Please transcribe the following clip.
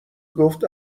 گفت